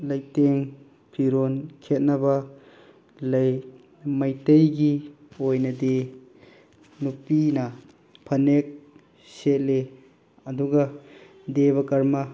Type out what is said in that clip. ꯂꯩꯇꯦꯡ ꯐꯤꯔꯣꯟ ꯈꯦꯠꯅꯕ ꯂꯩ ꯃꯩꯇꯩꯒꯤ ꯑꯣꯏꯅꯗꯤ ꯅꯨꯄꯤꯅ ꯐꯅꯦꯛ ꯁꯦꯠꯂꯤ ꯑꯗꯨꯒ ꯗꯦꯕ ꯀꯔꯃꯥ